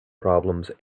problems